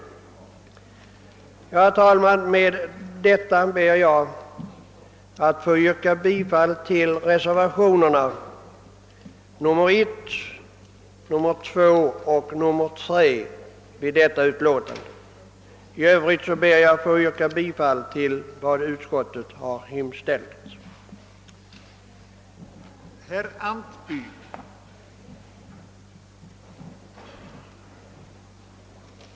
Herr talman! Med det anförda ber jag att få yrka bifall till reservationerna 1, 2 och 3 vid jordbruksutskottets utlåtande nr 19. I övrigt ber jag att få yrka bifall till vad majoriteten inom jordbruksutskottet hemställt.